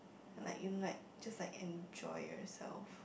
like in like just like enjoy yourself